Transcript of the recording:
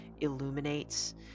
illuminates